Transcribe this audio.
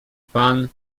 pan